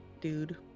dude